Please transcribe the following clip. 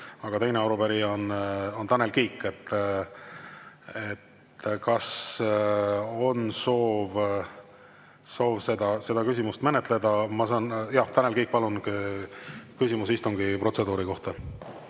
aga teine arupärija on Tanel Kiik. Kas on soov seda küsimust menetleda? Jah, Tanel Kiik, palun, küsimus istungi protseduuri kohta!